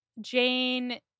Jane